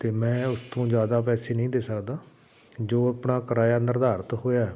ਅਤੇ ਮੈਂ ਉਸ ਤੋਂ ਜ਼ਿਆਦਾ ਪੈਸੇ ਨਹੀਂ ਦੇ ਸਕਦਾ ਜੋ ਆਪਣਾ ਕਿਰਾਇਆ ਨਿਰਧਾਰਿਤ ਹੋਇਆ